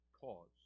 cause